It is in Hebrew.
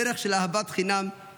דרך של אהבת חינם,